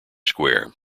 square